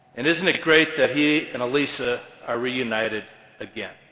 and, isn't it great that he and aliisa are reunited again